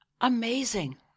amazing